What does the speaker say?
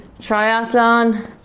triathlon